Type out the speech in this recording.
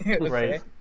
Right